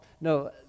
No